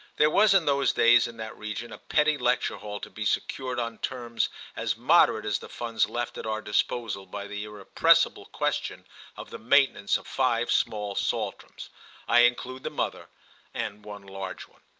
there was in those days in that region a petty lecture-hall to be secured on terms as moderate as the funds left at our disposal by the irrepressible question of the maintenance of five small saltrams i include the mother and one large one.